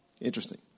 Interesting